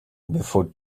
before